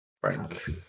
frank